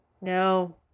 No